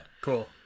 Cool